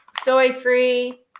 soy-free